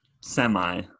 Semi